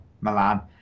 Milan